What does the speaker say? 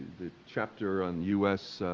the chapter on us